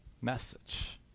message